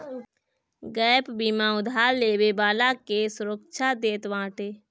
gap बीमा उधार लेवे वाला के सुरक्षा देत बाटे